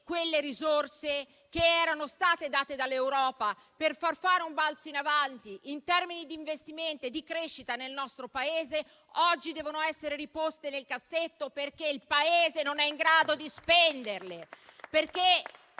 quelle risorse che erano state date dall'Europa per far fare un balzo in avanti in termini di investimenti e di crescita nel nostro Paese oggi devono essere riposte nel cassetto, perché il Paese non è in grado di spenderle